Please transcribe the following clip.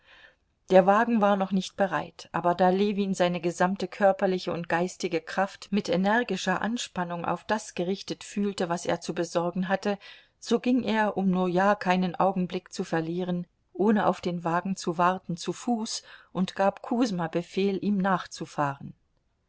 der wagen war noch nicht bereit aber da ljewin seine gesamte körperliche und geistige kraft mit energischer anspannung auf das gerichtet fühlte was er zu besorgen hatte so ging er um nur ja keinen augenblick zu verlieren ohne auf den wagen zu warten zu fuß und gab kusma befehl ihm nachzufahren